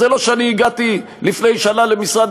זה לא שאני הגעתי לפני שנה למשרד